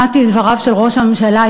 שמעתי את דבריו של ראש הממשלה,